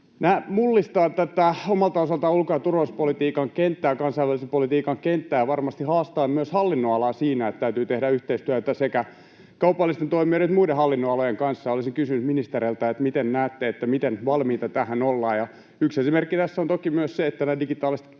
mullistavat omalta osaltaan ulko- ja turvallisuuspolitiikan kenttää, kansainvälisen politiikan kenttää, ja varmasti haastavat myös hallinnonalaa siinä, että täytyy tehdä yhteistyötä sekä kaupallisten toimijoiden että muiden hallinnonalojen kanssa. Olisin kysynyt ministereiltä: miten näette, miten valmiita tähän ollaan? Yksi esimerkki tässä on toki myös se, että nämä digitaaliset teknologiat